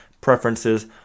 preferences